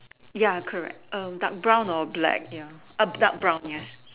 ya correct brown or black dark brown ya